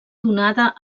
donada